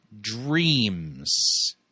dreams